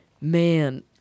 man